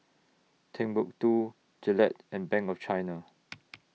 Timbuk two Gillette and Bank of China